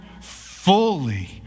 fully